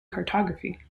cartography